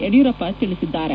ಯಡಿಯೂರಪ್ಪ ತಿಳಿಸಿದ್ದಾರೆ